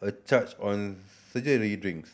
a charge on surgery drinks